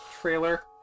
trailer